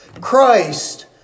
Christ